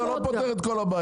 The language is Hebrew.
זה לא פותר את כל הבעיה,